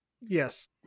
yes